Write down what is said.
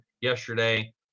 yesterday